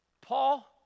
Paul